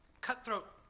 cutthroat